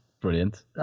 brilliant